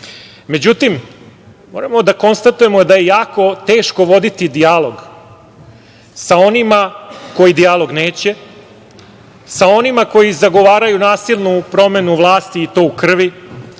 nauka.Međutim, moram da konstatujemo da je jako teško voditi dijalog sa onima koji dijalog neće, sa onima koji zagovaraju nasilnu promenu vlasti i to u krvi,